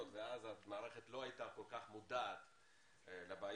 ואז המערכת לא הייתה כל כך מודעת לבעיות,